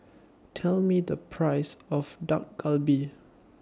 Tell Me The Price of Dak Galbi